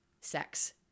sex